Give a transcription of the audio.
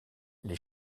les